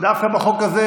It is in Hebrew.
דווקא בחוק הזה,